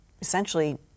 essentially